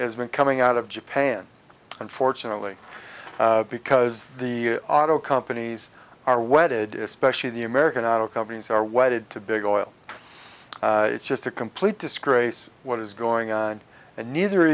has been coming out of japan unfortunately because the auto companies are wedded to especially the american auto companies are wedded to big oil it's just a complete disgrace what is going on and neither of